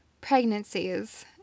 pregnancies